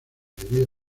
mayoría